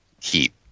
heat